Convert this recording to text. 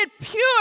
pure